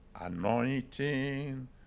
anointing